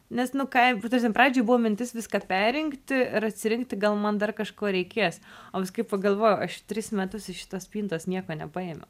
nes nu ką jau ta prasme pradžioj buvo mintis viską perrinkti ir atsirinkti gal man dar kažko reikės o paskui pagalvojau aš tris metus iš šitos spintos nieko nepaėmiau